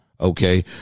Okay